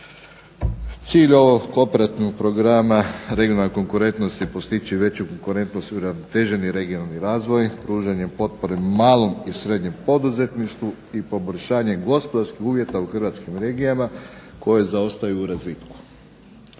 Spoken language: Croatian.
Cilj ovog Operativnog programa Regionalne konkurentnosti je postići veću konkurentnosti uravnoteženi regionalni razvoj, pružanjem potpore malom i srednjem poduzetništvu i poboljšanjem gospodarskih uvjeta u Hrvatskim regijama koje zaostaju u razvitku.